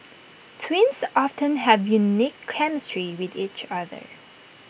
twins often have unique chemistry with each other